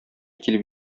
килеп